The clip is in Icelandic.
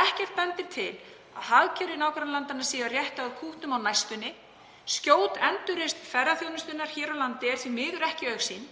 Ekkert bendir til að hagkerfi nágrannalandanna muni rétta úr kútnum á næstunni. Skjót endurreisn ferðaþjónustunnar hér á landi er því miður ekki í augsýn